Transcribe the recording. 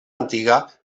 antiga